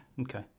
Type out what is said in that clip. Okay